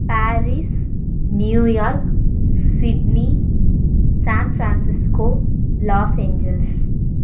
Paris New York Sydney San Francisco Los Angeles